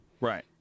right